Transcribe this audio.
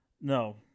No